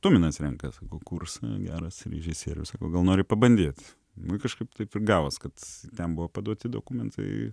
tuminas renkas kurs geras režisierius sako gal nori pabandyt na kažkaip taip ir gavosi kad ten buvo paduoti dokumentai